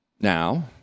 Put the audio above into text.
Now